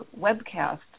webcast